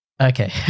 Okay